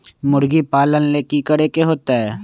मुर्गी पालन ले कि करे के होतै?